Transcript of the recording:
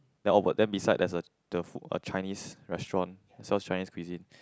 then oh but then beside there's a the food a Chinese restaurant that sells Chinese cuisine